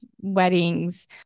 weddings